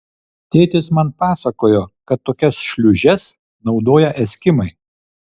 tėtis man pasakojo kad tokias šliūžes naudoja eskimai